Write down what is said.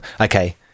Okay